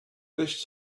this